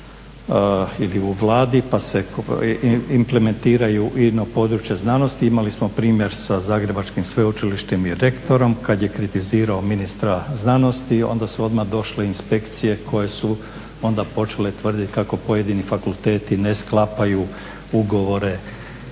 ili u Vladi pa se implementiraju i na područje znanosti. Imali smo primjer sa Zagrebačkim sveučilištem i rektorom kad je kritizirao ministra znanosti onda su odmah došle inspekcije koje su onda počele tvrditi kako pojedini fakulteti ne sklapaju ugovore